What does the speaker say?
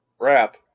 Wrap